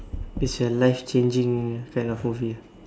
it's a life changing kind of movie ah